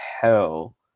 hell